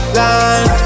line